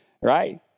Right